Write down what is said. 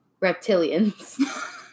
Reptilians